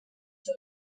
uno